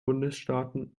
bundesstaaten